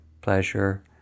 pleasure